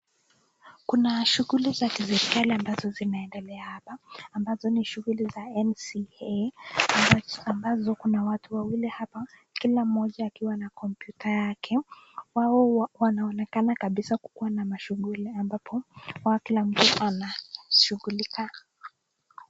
Kuna shughuli za kiserikali ambazo zinaendelea hapa, ambazo ni shughuli za NCA, ambazo kuna watu wawili hapa, kila mmoja akiwa na kompyuta yake. Wao wanaonekana kabisa kukuwa na mashughuli ambapo kila mmoja anashughulika.